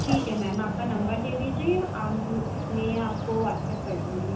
ठीक है मैम आपका नंबर दे दीजिए मैं आपको वाट्सअप कर दूँगी